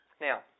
Now